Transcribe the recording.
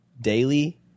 daily